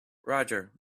roger